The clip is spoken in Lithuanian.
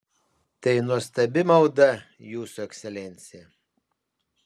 tai nuostabi malda jūsų ekscelencija